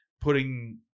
putting